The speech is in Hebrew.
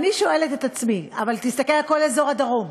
אבל תסתכל על כל אזור הדרום.